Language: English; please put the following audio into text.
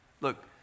Look